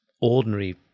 ordinary